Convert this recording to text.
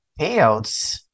payouts